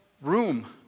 room